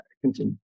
continue